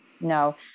no